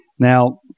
Now